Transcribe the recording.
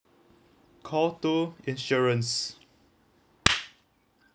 call two insurance